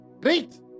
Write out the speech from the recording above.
Great